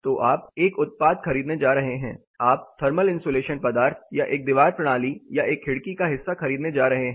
तो आप एक उत्पाद खरीदने जा रहे हैं आप थर्मल इन्सुलेशन पदार्थ या एक दीवार प्रणाली या एक खिड़की का हिस्सा खरीदने जा रहे हैं